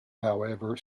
however